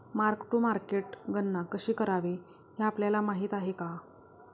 Mark to मार्केटमध्ये गणना कशी करावी हे आपल्याला माहित आहे का?